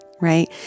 right